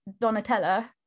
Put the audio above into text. Donatella